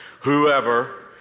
Whoever